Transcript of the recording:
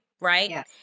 Right